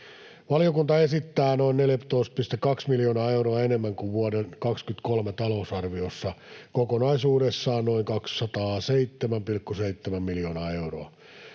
Valiokunta esittää noin 14,2 miljoonaa euroa enemmän kuin vuoden 23 talousarviossa, kokonaisuudessaan noin 207,7 miljoonaa euroa.